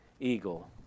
eagle